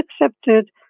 accepted